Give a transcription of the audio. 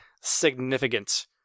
significant